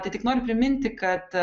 tai tik noriu priminti kad